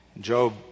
Job